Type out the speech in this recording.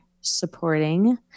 supporting